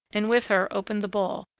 and with her opened the ball,